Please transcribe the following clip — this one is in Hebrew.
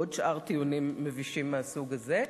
ועוד שאר טיעונים מבישים מהסוג הזה,